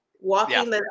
walking